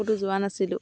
ক'তো যোৱা নাছিলোঁ